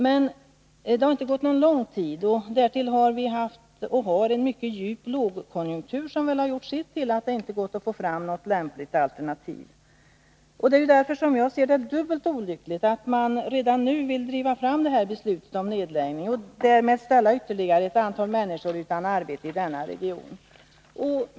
Men det har inte gått någon lång tid, och därtill har vi en mycket djup lågkonjuktur som väl gjort sitt till att det inte gått att få fram något lämpligt alternativ. Det är därför som jag ser det som dubbelt olyckligt att man redan nu vill driva fram det här beslutet om nedläggning och därmed ställa ytterligare ett antal människor utan arbete i denna region.